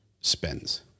spends